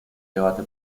debate